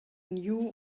knew